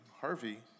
Harvey